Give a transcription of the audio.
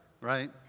right